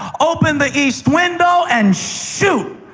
open the east window and shoot.